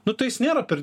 nu tai jis nėra per